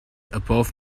above